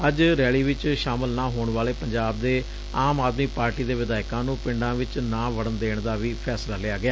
ਅੱਜ ਰੈਲੀ ਵਿਚ ਸ਼ਾਮਲ ਨਾ ਹੋਣ ਵਾਲੇ ਪੰਜਾਬ ਦੇ ਆਮ ਆਦਮੀ ਪਾਰਟੀ ਦੇ ਵਿਧਾਇਕਾਂ ਨੂੰ ਪਿੰਡਾਂ ਵਿਚ ਨਾ ਵੜਨ ਦੇਣ ਦਾ ਵੀ ਫ਼ੈਸਲਾ ਲਿਆ ਗਿਆ